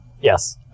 Yes